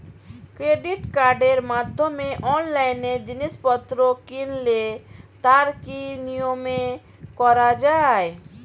Credit কার্ডের মাধ্যমে অনলাইনে জিনিসপত্র কিনলে তার কি নিয়মে করা যায়?